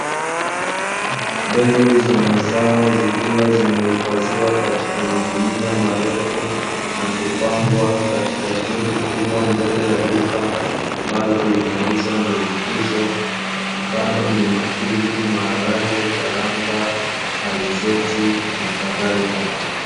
Mbegu za mazao, zikiwa zimehifadhiwa katika magunia marefu na kupangwa katika kundi kubwa, mbele ya duka ambalo linauza mbegu hizo, mfano ni; mahindi, maharage, karanga, alizeti na kadhalika.